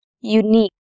unique